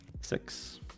Six